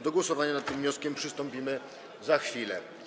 Do głosowania nad tym wnioskiem przystąpimy za chwilę.